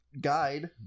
guide